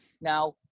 Now